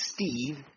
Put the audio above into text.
Steve